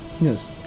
yes